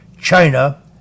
China